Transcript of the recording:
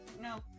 No